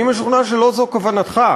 אני משוכנע שלא זו כוונתך.